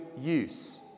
use